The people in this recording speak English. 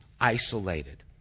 isolated